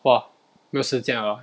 !wah! 没有时间了